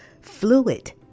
fluid